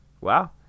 wow